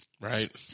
Right